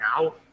now